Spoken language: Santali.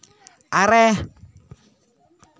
ᱟᱨᱮ